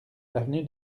avenue